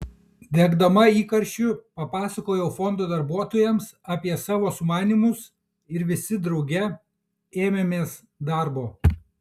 degdama įkarščiu papasakojau fondo darbuotojams apie savo sumanymus ir visi drauge ėmėmės darbo